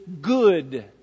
good